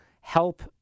help